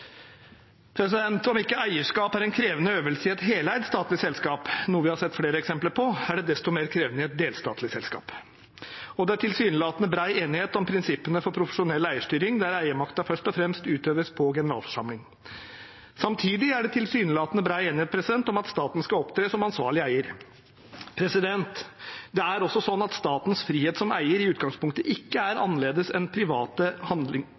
Om ikke eierskap er en krevende øvelse i et heleid statlig selskap, noe vi har sett flere eksempler på, er det desto mer krevende i et delstatlig selskap, og det er tilsynelatende bred enighet om prinsippene for profesjonell eierstyring, der eiermakten først og fremst utøves på generalforsamling. Samtidig er det tilsynelatende bred enighet om at staten skal opptre som ansvarlig eier. Det er også sånn at statens frihet som eier i utgangspunktet ikke er